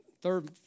third